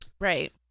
right